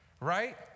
right